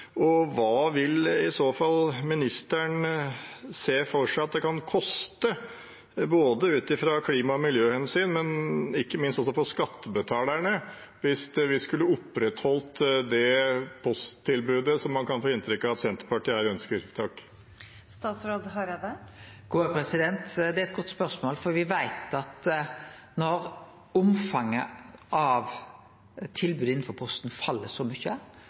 Og hva vil ministeren se for seg at det kan koste, både ut fra klima- og miljøhensyn og ikke minst for skattebetalerne, hvis vi skulle opprettholdt det posttilbudet man kan få inntrykk av at Senterpartiet her ønsker? Det er eit godt spørsmål, for me veit at når omfanget av tilbodet innanfor Posten fell så mykje,